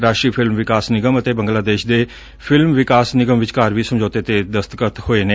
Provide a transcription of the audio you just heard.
ਰਾਸ਼ਟਰੀ ਫਿਲਮ ਵਿਕਾਸ ਨਿਗਮ ਅਤੇ ਬੰਗਲਾਦੇਸ਼ ਦੇ ਫਿਲਮ ਵਿਕਾਸ ਨਿਗਮ ਵਿਚਕਾਰ ਵੀ ਸਮਝੌਤੇ ਤੇ ਦਸਤਖਤ ਕੀਤੇ ਗਏ ਨੇ